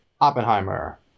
Oppenheimer